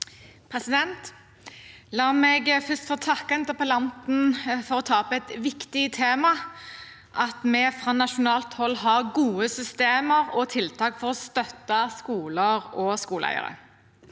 La meg først få takke interpellanten for å ta opp et viktig tema: at vi fra nasjonalt hold har gode systemer og tiltak for å støtte skoler og skoleeiere.